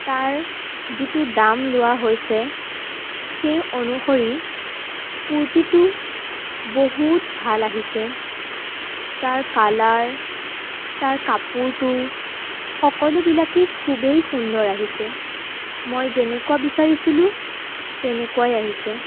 তাৰ যিটো দাম লোৱা হৈছে সেই অনুসৰি কুৰ্তীটো বহুত ভাল আহিছে তাৰ কালাৰ তাৰ কাপোৰটো সকলোবিলাকেই খুবেই সুন্দৰ আহিছে মই যেনেকুৱা বিচাৰিছিলো তেনেকুৱাই আহিছে